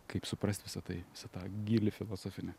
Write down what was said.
kaip suprast visa tai visa ta gili filosofinė